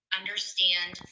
understand